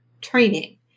training